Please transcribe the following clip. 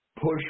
push